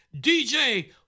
DJ